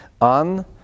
on